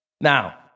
Now